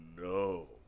no